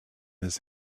his